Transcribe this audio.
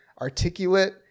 articulate